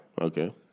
Okay